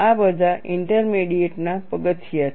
આ બધાં ઇન્ટરમીડિયેટનાં પગથિયાં છે